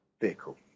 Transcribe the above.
vehicle